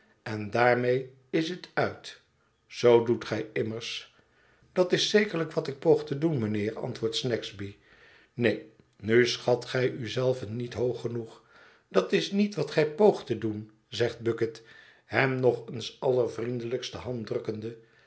en daarmee is het uit zoo doet gij immers dat is zekerlijk wat ik poog te doen mijnheer antwoordt snagsby neen nu schat gij u zelven niet hoog genoeg dat is niet wat gij poogt te doen zegt bucket hem nog eens allervriendelijkst de hand drukkende